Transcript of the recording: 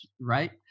right